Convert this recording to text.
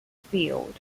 field